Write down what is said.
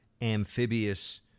amphibious